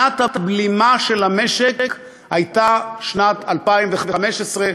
שנת הבלימה של המשק הייתה שנת 2015,